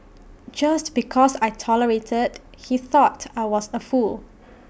just because I tolerated he thought I was A fool